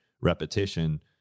repetition